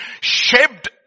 shaped